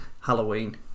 Halloween